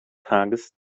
tages